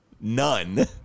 None